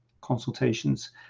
consultations